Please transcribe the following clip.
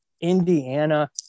Indiana